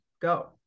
go